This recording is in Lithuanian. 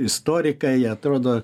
istorikai atrodo